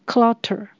Clutter 。